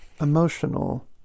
emotional